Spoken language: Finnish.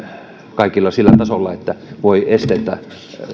kaikilla tavoin sillä tasolla että voi esteettä